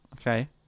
Okay